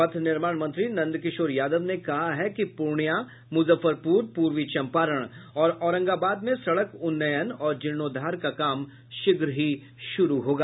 पथ निर्माण मंत्री नंदकिशोर यादव ने कहा है कि पूर्णियां मुजफ्फरपुर पूर्वी चम्पारण और औरंगाबाद में सड़क उन्नयन और जीर्णोधार का काम शीघ्र ही शुरू होगा